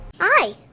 hi